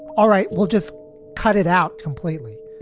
all right. we'll just cut it out completely,